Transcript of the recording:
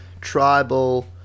tribal